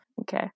Okay